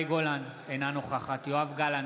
מאי גולן, אינה נוכחת יואב גלנט,